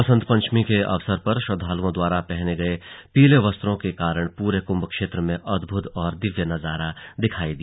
बसंत पंचमी के अवसर पर श्रद्वालुओं द्वारा पहने गए पीले वस्त्रों के कारण पूरे कुंभ क्षेत्र में अद्भुत और दिव्य नजारा दिखाई दिया